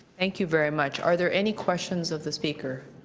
thank you very much, are there any questions of the speaker?